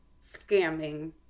scamming